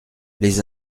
les